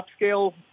upscale